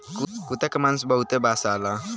कुता के मांस बहुते बासाला